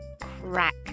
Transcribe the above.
Crack